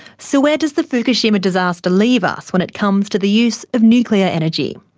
so where does the fukushima disaster leave us when it comes to the use of nuclear energy?